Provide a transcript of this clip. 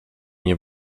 nie